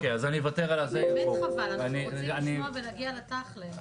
באמת חבל, אנחנו רוצים לשמוע ולהגיע לתכלס.